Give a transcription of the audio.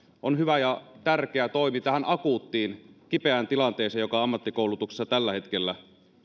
on hyvä ja tärkeä toimi tähän akuuttiin kipeään tilanteeseen joka ammattikoulutuksessa tällä hetkellä